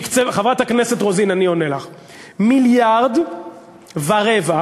חברת הכנסת רוזין, אני עונה לך, מיליארד ורבע,